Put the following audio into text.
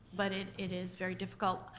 but it it is very difficult.